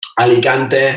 Alicante